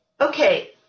okay